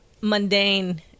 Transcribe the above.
mundane